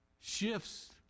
shifts